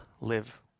live